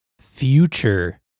Future